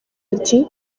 ati